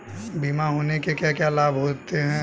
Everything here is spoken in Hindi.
बीमा होने के क्या क्या लाभ हैं?